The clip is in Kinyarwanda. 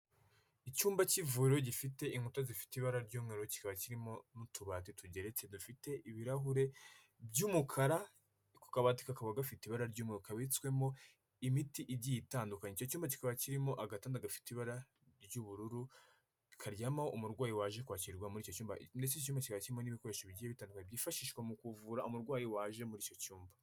Icyumba cy'ivuriro gifite inkuta zifite ibara ry'mweruriro kiba kirimo n'utubati tugeretse dufite ibirahure by'umukara ku kabati, kakaba gafite ibara ry'umukara kabitswemo imiti igiye itandukanya, icyo cyumba kikaba kirimo agatanda gafite ibara ry'ubururu, karyamaho umurwayi waje kwakirwa, muri icyo cyumba, muri icyo cyumba kikaba kirimo n'ibikoresho bigiye bitandukanye byifashishwa mu kuvura umurwayi waje muri icyo cyumba.